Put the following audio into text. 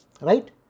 Right